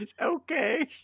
Okay